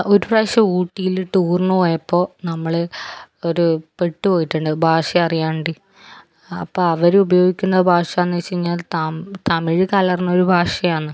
ഒരു പ്രാവശ്യം ഊട്ടിയിൽ ടൂറിന് പോയപ്പോൾ നമ്മള് ഒര് പെട്ട് പോയിട്ടുണ്ട് ഭാഷ അറിയാണ്ട് അപ്പം അവര് ഉപയോഗിക്കുന്ന ഭാഷ എന്ന് വെച്ച് കഴിഞ്ഞാൽ തമ് തമിഴ് കലർന്ന ഒരു ഭാഷയാണ്